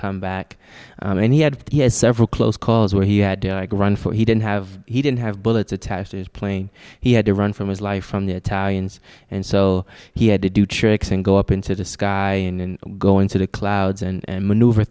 come back and he had he has several close calls where he had to run for he didn't have he didn't have bullets attached to his plane he had to run from his life from the italians and so he had to do tricks and go up into the sky and go into the clouds and maneuver